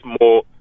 more